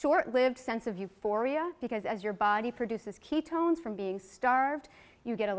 short lived sense of euphoria because as your body produces ketones from being starved you get a